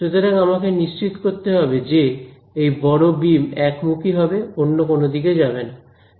সুতরাং আমাকে নিশ্চিত করতে হবে যে এই বড় বিম একমুখী হবে অন্য কোন দিকে যাবে না